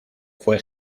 fue